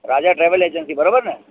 राजा travel agency बरोबर न